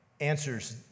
answers